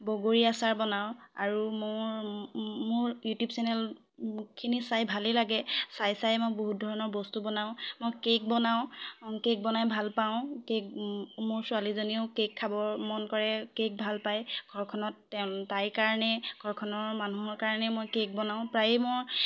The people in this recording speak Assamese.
বগৰী আচাৰ বনাওঁ আৰু মোৰ মোৰ ইউটিউব চেনেলখিনি চাই ভালে লাগে চাই চাই মই বহুত ধৰণৰ বস্তু বনাওঁ মই কে'ক বনাওঁ কে'ক বনাই ভাল পাওঁ কে'ক মোৰ ছোৱালীজনীও কে'ক খাবৰ মন কৰে কে'ক ভাল পায় ঘৰখনত তেওঁ তাইৰ কাৰণেই ঘৰখনৰ মানুহৰ কাৰণেই মই কে'ক বনাওঁ প্ৰায়ে মই